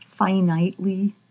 finitely